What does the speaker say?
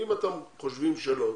אם אתם חושבים שלא,